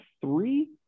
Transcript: three